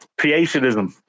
Creationism